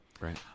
Right